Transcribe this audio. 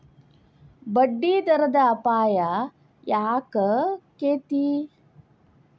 ಬಡ್ಡಿದರದ್ ಅಪಾಯ ಯಾಕಾಕ್ಕೇತಿ?